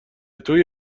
توی